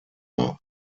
were